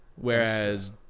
Whereas